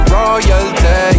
royalty